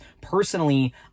personally